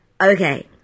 okay